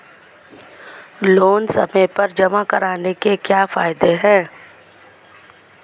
Loan समय पर जमा कराने के क्या फायदे हैं?